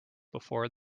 before